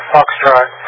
Foxtrot